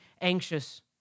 anxious